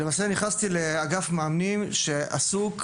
ולמעשה נכנסתי לאגף מאמנים שעסוק